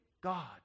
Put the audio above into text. God